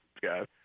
guys